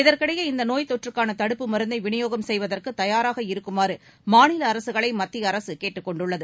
இதற்கிடையே இந்த நோய் தொற்றுக்கான தடுப்பு மருந்தை விநியோகம் செய்வதற்கு தயாராக இருக்குமாறு மாநில அரசுகளை மத்திய அரசு கேட்டுக் கொண்டுள்ளது